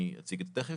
אני אציג את זה תכף.